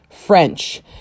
French